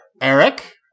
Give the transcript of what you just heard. Eric